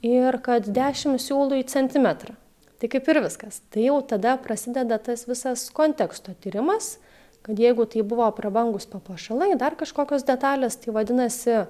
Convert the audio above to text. ir kad dešim siūlų į centimetrą tai kaip ir viskas tai jau tada prasideda tas visas konteksto tyrimas kad jeigu tai buvo prabangūs papuošalai dar kažkokios detalės tai vadinasi